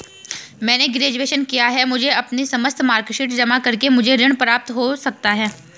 मैंने ग्रेजुएशन किया है मुझे अपनी समस्त मार्कशीट जमा करके मुझे ऋण प्राप्त हो सकता है?